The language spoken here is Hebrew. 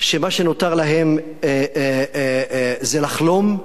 שמה שנותר להם זה לחלום,